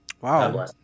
Wow